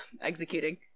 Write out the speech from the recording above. executing